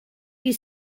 qui